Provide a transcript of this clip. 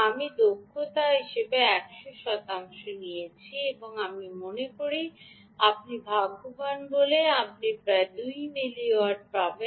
আমি দক্ষতা হিসাবে 10 শতাংশ নিয়েছি এবং আমি মনে করি আপনি ভাগ্যবান হলে আপনি প্রায় 2 মিলি ওয়াট পাবেন